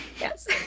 Yes